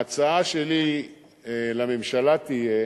ההצעה שלי לממשלה תהיה